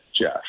Jeff